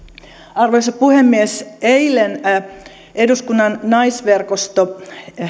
arvoisa puhemies eilen eduskunnan naisverkosto